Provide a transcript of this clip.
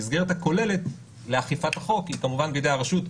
המסגרת הכוללת לאכיפת החוק היא כמובן בידי הרשות,